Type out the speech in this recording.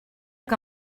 que